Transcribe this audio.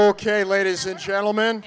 ok ladies and gentlemen